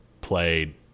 played